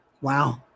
wow